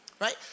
right